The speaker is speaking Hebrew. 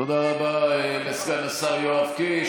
תודה רבה לסגן השר יואב קיש.